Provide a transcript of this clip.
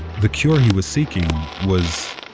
the cure he was seeking was,